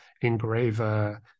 engraver